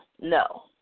no